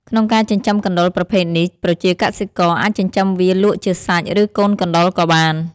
ក្នុងការចិញ្ចឹមកណ្តុរប្រភេទនេះ ប្រជាកសិករអាចចិញ្ចឹមវាលក់ជាសាច់ ឬកូនកណ្តុរក៏បាន។